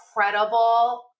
incredible